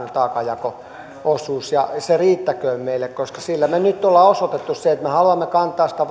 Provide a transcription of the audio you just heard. taakanjako osuuden ja se riittäköön meille koska sillä me nyt olemme osoittaneet sen että me haluamme kantaa sitä